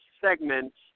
segments